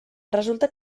resulta